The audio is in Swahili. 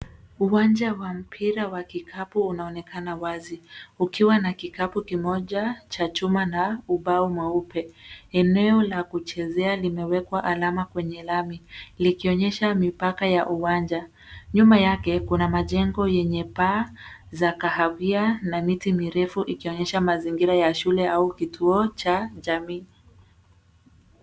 Uwanja wa mpira wa kikapu unaonekana wazi, ukiwa na kikapu kimoja cha chuma na ubao mweupe. Eneo la kuchezea limewekwa alama kwenye lami, likionyesha mipaka ya uwanja. Nyuma yake kuna majengo yenye paa za kahawia na miti mirefu ikionyesha mazingira ya shule au kituo cha jamii.